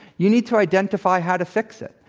you need to identify how to fix it.